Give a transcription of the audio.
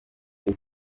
iyi